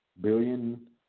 billion